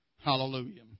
Hallelujah